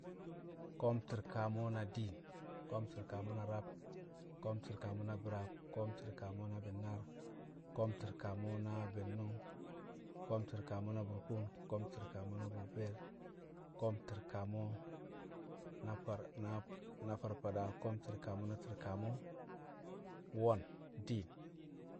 ko̱o̱m ti̱rkamo̱ na diin ko̱o̱m ti̱rkamo̱ na rab ko̱o̱m ti̱rkamo̱ na bi̱raab ko̱o̱m ti̱rkamo̱ na bi̱nnaar ko̱o̱m ti̱rkamo̱ na bi̱nnṵng ko̱o̱m ti̱rkamo̱ na burkuun ko̱o̱m ti̱rkamo̱ na burbeer ko̱o̱m ti̱rkamo̱ na far- na farfada. ko̱o̱m ti̱rkamo̱ na ti̱rkamo̱ wo̱n diin.